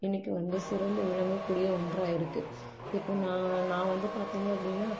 இன்னைக்கு வந்து சிறந்து விளங்கக்கூடிய ஒன்றாக இருக்கு இப்போ நான் நான் வந்து பார்த்திங்க அப்படின்னா